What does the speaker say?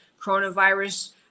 coronavirus